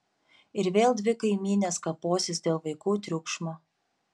ir vėl dvi kaimynės kaposis dėl vaikų triukšmo